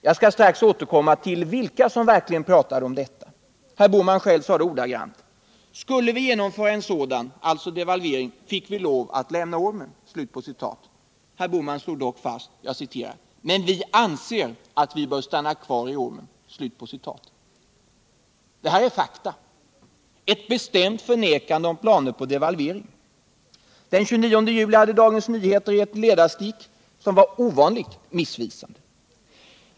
Jag skall strax återkomma till vilka som pratade om detta. Herr Bohman själv sade ordagrant: ”Skulle vi genomföra en sådan fick vi lov att lämna ormen.” Herr Bohman slog dock fast: ”Men vi anser att vi bör stanna kvar i ormen.” Detta är fakta: ett bestämt förnekande om planer på devalvering. Den 29 juli hade Dagens Nyheter ett ledarstick, som var ovanligt missvisande.